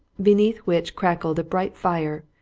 beneath which crackled a bright fire,